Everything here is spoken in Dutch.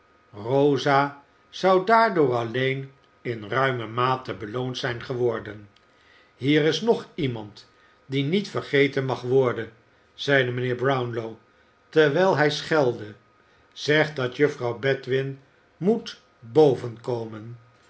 rosa zou daardoor alleen in ruime mate beloond zijn geworden hier is nog iemand die niet vergeten mag worden zeide mijnheer brownlow terwijl hij schelde zeg dat juffrouw bedwin moet boven komen